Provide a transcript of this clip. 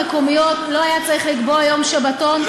המקומיות לא היה צריך לקבוע יום שבתון,